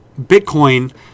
Bitcoin